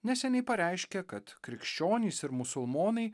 neseniai pareiškė kad krikščionys ir musulmonai